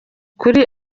kuri